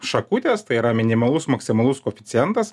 šakutės tai yra minimalus maksimalus koeficientas